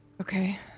Okay